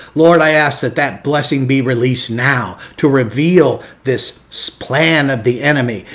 lord, i ask that that blessing be released now to reveal this so plan of the enemy.